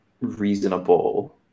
reasonable